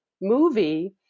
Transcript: movie